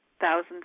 thousands